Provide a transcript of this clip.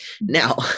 Now